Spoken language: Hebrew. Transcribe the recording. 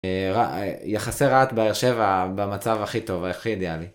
יחסי רהט באר שבע במצב הכי טוב, הכי אידיאלי.